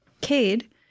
Cade